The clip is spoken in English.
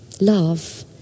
Love